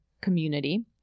community